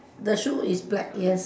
the shoe is black yes